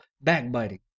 backbiting